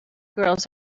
girls